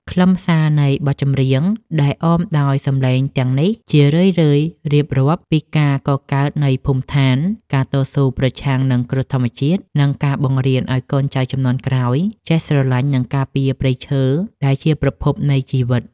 ខ្លឹមសារនៃបទចម្រៀងដែលអមដោយសម្លេងគងទាំងនេះ ជារឿយៗរៀបរាប់ពីការកកើតនៃភូមិឋាន ការតស៊ូប្រឆាំងនឹងគ្រោះធម្មជាតិ និងការបង្រៀនឱ្យកូនចៅជំនាន់ក្រោយចេះស្រឡាញ់ និងការពារព្រៃឈើដែលជាប្រភពនៃជីវិត។